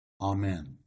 Amen